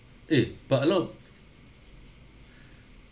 eh but a lot